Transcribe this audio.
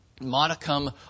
modicum